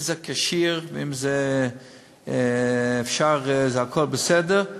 אם זה כשיר ואם זה אפשר והכול בסדר,